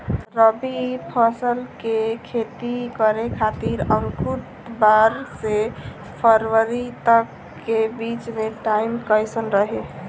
रबी फसल के खेती करे खातिर अक्तूबर से फरवरी तक के बीच मे टाइम कैसन रही?